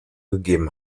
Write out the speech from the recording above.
gegeben